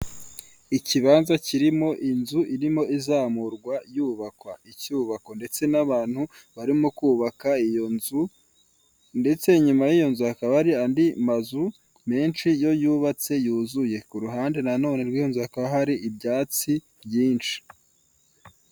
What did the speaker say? Ikibanza kirimo inzu irimo izamurwa yubakwa, icyuyubako ndetse n'abantu barimo kubaka iyo nzu ndetse inyuma y'iyo nzu akaba ari andi mazu menshi yo yubatse yuzuye kuruhande nanone rw'iyo nzu hakaba hari ibyatsi byinshi.